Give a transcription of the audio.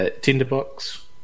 tinderbox